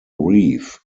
reef